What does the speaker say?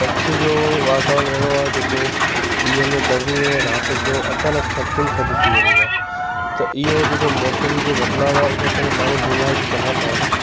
कच्छ जो वातावरण अहिड़ो आहे जेको ॾींहं में गर्मी ऐं राति जो अचानकि सां फुल थधि थी वेंदी आहे त इहो जेको मौसम जो बदिलाउ आहे इनकरे माण्हू बीमार बि चङा पवंदा आहिनि